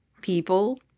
people